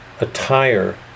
attire